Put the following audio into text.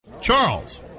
Charles